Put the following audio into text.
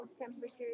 temperatures